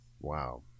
Wow